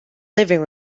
living